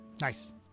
Nice